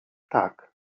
tak